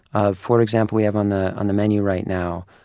ah for example, we have on the on the menu right now